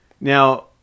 Now